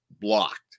blocked